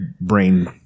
brain